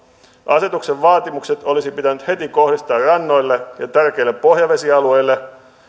asetuksen vaatimukset olisi pitänyt heti kohdistaa rannoille ja tärkeille pohjavesialueille